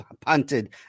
punted